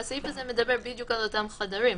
הסעיף הזה מדבר בדיוק על אותם חדרים,